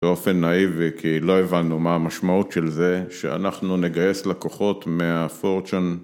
באופן נאיבי, כי לא הבנו מה המשמעות של זה שאנחנו נגייס לקוחות מהפורצ'ן